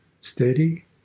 steady